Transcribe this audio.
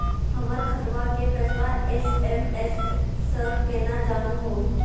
हमर खतवा के पैसवा एस.एम.एस स केना जानहु हो?